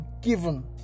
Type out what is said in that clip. given